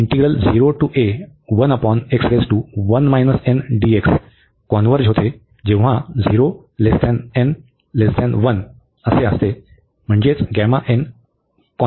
converges for